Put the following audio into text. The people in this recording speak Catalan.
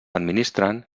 administren